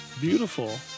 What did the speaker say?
Beautiful